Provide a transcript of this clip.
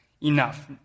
enough